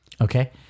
Okay